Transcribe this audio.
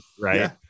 right